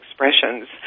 expressions